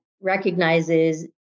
recognizes